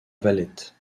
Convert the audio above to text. valette